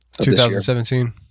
2017